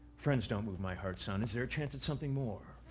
friends don't move my heart son. is there a chance at something more?